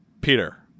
Peter